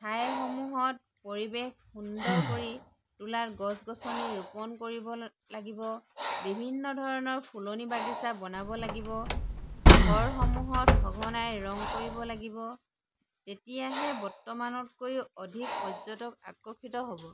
ঠাইসমূহত পৰিৱেশ সুন্দৰ কৰি তোলাৰ গছ গছনি ৰোপন কৰিব লাগিব বিভিন্ন ধৰণৰ ফুলনি বাগিচা বনাব লাগিব ঘৰসমূহত সঘনাই ৰং কৰিব লাগিব তেতিয়াহে বৰ্তমানতকৈ অধিক পৰ্য্যটক আকৰ্ষিত হ'ব